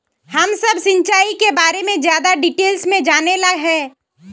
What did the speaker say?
हम सब सिंचाई के बारे में ज्यादा डिटेल्स में जाने ला चाहे?